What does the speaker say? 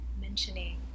mentioning